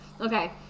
Okay